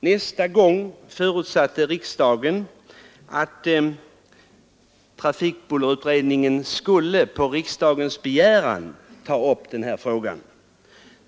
Nästa gång förutsatte riksdagen att trafikbullerutredningen skulle på riksdagens begäran ta upp frågan.